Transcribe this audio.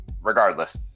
regardless